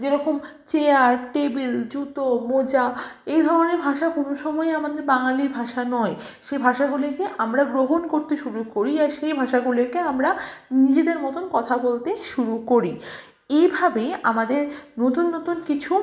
যেরকম chair table জুতো মোজা এই ধরনের ভাষা কোনো সময় আমাদের বাঙালি ভাষা নয় সেই ভাষাগুলিকে আমরা গ্রহণ করতে শুরু করি আর সেই ভাষাগুলিকে আমরা নিজেদের মতোন কথা বলতে শুরু করি এইভাবেই আমাদের নতুন নতুন কিছু